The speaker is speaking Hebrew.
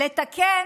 לתקן